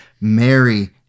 Mary